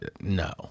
No